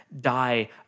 die